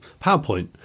PowerPoint